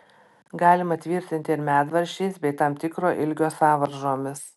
galima tvirtinti ir medvaržčiais bei tam tikro ilgio sąvaržomis